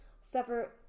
suffer